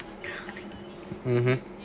mmhmm